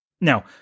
Now